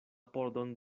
pordon